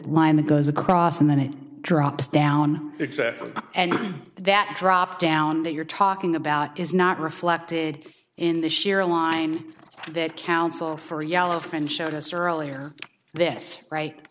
line that goes across and then it drops down exactly and that drop down that you're talking about is not reflected in the share line that counsel for yellow friend showed us earlier this right